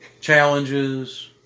challenges